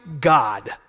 God